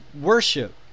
worship